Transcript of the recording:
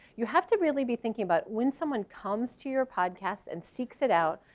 you have to really be thinking about when someone comes to your podcast and seeks it out,